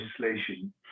legislation